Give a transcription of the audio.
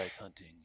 hunting